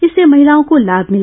इससे महिलाओं को लाभ मिला